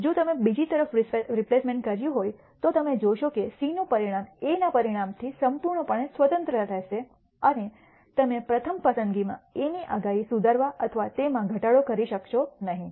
જો તમે બીજી તરફ રિપ્લેસમેન્ટ કર્યું હોય તો તમે જોશો કે C નું પરિણામ A પરિણામથી સંપૂર્ણપણે સ્વતંત્ર રહેશે અને તમે પ્રથમ પસંદગીમાં A ની આગાહી સુધારવા અથવા તેમાં ઘટાડો કરી શકશો નહીં